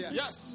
yes